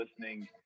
listening